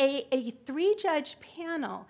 a a three judge panel